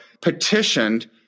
petitioned